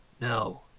No